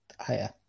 higher